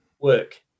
work